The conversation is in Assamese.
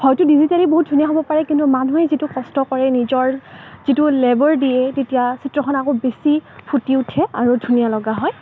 হয়তো ডিজিটেলি বহুত ধুনীয়া হ'ব পাৰে কিন্তু মানুহে যিটো কষ্ট কৰে নিজৰ যিটো লেবাৰ দিয়ে তেতিয়া চিত্ৰখন আৰু বেছি ফুটি উঠে আৰু ধুনীয়া লগা হয়